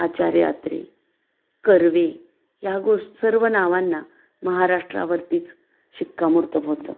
आचार्य अत्रे कर्वे ह्या गो सर्व नावांना महाराष्ट्रावरतीच शिक्कामोर्तब होतं